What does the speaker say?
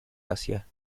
asia